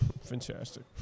fantastic